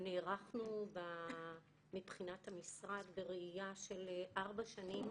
נערכנו מבחינת המשרד בראייה של ארבע שנים